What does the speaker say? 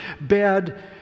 bad